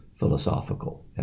philosophical